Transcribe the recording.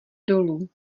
dolů